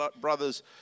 brother's